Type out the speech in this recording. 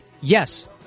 yes –